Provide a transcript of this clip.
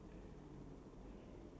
could be bubble wrap mmhmm